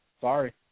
sorry